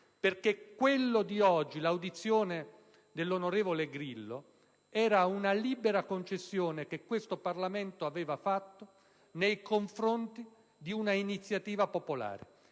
perché quella di oggi, l'audizione dell'"onorevole" Grillo, era una libera concessione che questo Parlamento aveva fatto nei confronti di una iniziativa popolare,